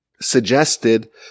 suggested